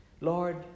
Lord